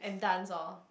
and dance lor